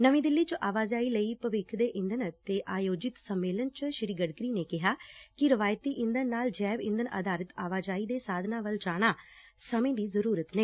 ਨਵੀਂ ਦਿੱਲੀ ਚ ਆਵਾਜਾਈ ਲਈ ਭਵਿੱਖ ਦੇ ਈਂਧਨ ਤੇ ਆਯੋਜਿਤ ਸੰਮੇਲਨ ਚ ਸ੍ਰੀ ਗਡਕਰੀ ਨੇ ਕਿਹਾ ਕਿ ਰਿਵਾਇਤੀ ਈਂਧਣ ਨਾਲ ਜੈਵ ਇੰਧਣ ਆਧਾਰਿਤ ਆਵਾਜਾਈ ਦੇ ਸਾਧਨਾਂ ਵੱਲ ਜਾਣਾ ਸਮੇਂ ਦੀ ਜ਼ਰੂਰਤ ਨੇ